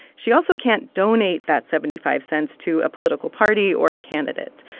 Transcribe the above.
she also can't donate that seventy five cents to a political party or a candidate.